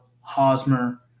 Hosmer